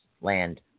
land